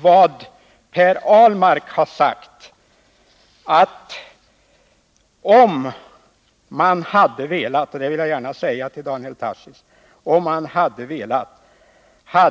Jag vill understryka — och jag vänder mig särskilt till Daniel Tarschys — vad Per Ahlmark har sagt,